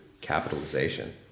capitalization